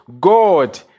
God